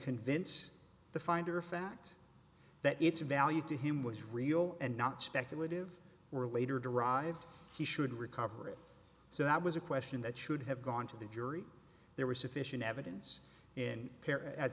convince the finder of fact that its value to him was real and not speculative or later derived he should recover it so that was a question that should have gone to the jury there was sufficient evidence in paris at